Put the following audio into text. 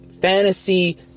fantasy